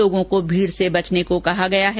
लोगों को भीड़ से बचने को कहा गया है